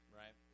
right